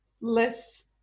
less